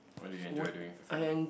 what do you enjoy doing with your family